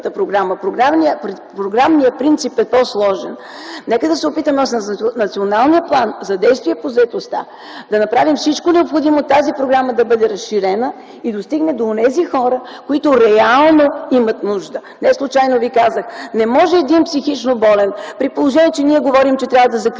програмният принцип е по-сложен, нека да се опитаме с Националния план за действие по заетостта да направим всичко необходимо тази програма да бъде разширена и достигне до онези хора, които реално имат нужда. Неслучайно ви казах – не може един психично болен, при положение, че ние говорим, че трябва да закриваме